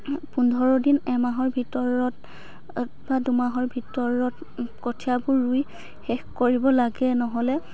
পোন্ধৰ দিন এমাহৰ ভিতৰত বা দুমাহৰ ভিতৰত কঠিয়াবোৰ ৰুই শেষ কৰিব লাগে নহ'লে